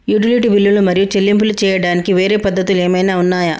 Utility బిల్లులు మరియు చెల్లింపులు చేయడానికి వేరే పద్ధతులు ఏమైనా ఉన్నాయా?